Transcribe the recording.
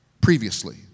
previously